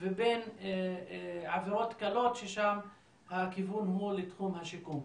ובין עבירות קלות ששם הכיוון הוא לתחום השיקום.